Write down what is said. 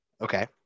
Okay